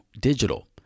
digital